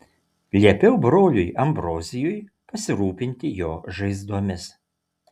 liepiau broliui ambrozijui pasirūpinti jo žaizdomis